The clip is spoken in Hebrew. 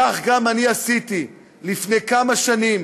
כך גם אני עשיתי לפני כמה שנים